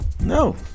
No